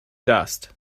dust